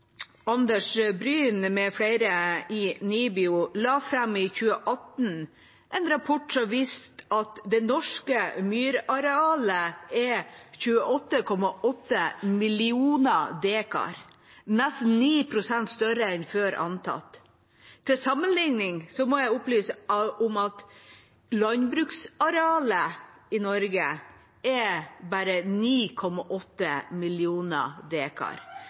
Bryn m.fl. fra NIBIO la i 2018 fram en rapport som viste at det norske myrarealet er 28,8 mill. dekar, nesten 9 pst. større enn før antatt. Til sammenlikning må jeg opplyse om at landbruksarealet i Norge er bare 9,8